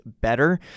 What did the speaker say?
better